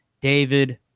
David